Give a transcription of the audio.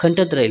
खंतत राहील